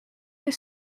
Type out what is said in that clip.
they